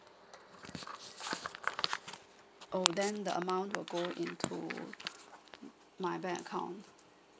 oh then the amount will go into my bank account